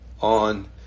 on